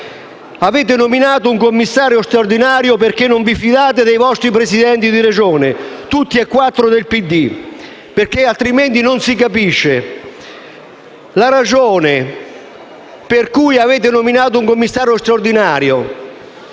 Avete nominato un commissario straordinario perché non vi fidate dei vostri Presidenti di Regione, tutti e quattro del PD, altrimenti non si capisce la ragione per cui lo avete fatto, visto che negli